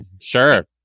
Sure